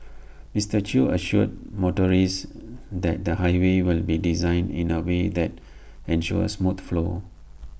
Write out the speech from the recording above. Mister chew assured motorists that the highway will be designed in A way that ensures smooth flow